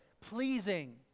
pleasing